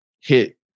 hit